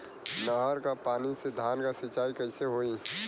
नहर क पानी से धान क सिंचाई कईसे होई?